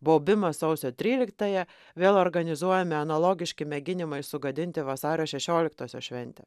baubimas sausio tryliktąją vėl organizuojami analogiški mėginimai sugadinti vasario šešioliktosios šventę